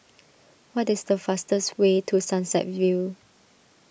what is the fastest way to Sunset View